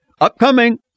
Upcoming